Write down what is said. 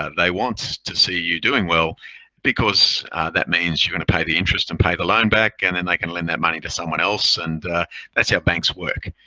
ah they want to see you doing well because that means you're going to pay the interest and pay the loan back and then they can lend that money to someone else and that's how banks work.